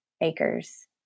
acres